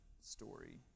story